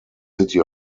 city